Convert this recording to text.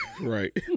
right